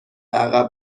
عقب